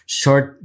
short